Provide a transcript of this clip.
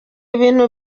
ibintu